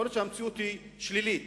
יכול להיות שהמציאות שלילית,